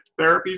therapies